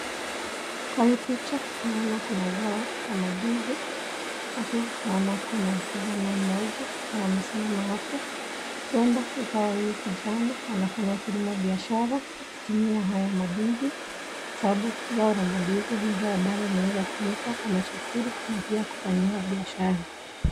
Kwa hii picha ninaona kuna zao ya mandizi na pia naona kuna kijana mmoja ambaye amesimama hapo. Huenda ikawa huyu kijana anafanya kilimo biashara akitumia haya mandizi kwa sababu zao la mandizi ni zao ambalo linaeza tumika kama chakula na pia kufanyiwa biashara.